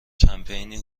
کمپینی